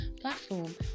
platform